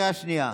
קריאה שנייה.